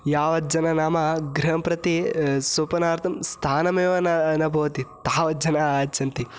यावज्जनाः नाम गृहं प्रति स्वपनार्थं स्थानमेव न न भवति तावज्जनाः आगच्छन्ति